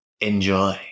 enjoy